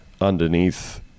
underneath